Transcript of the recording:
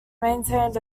maintained